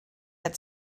had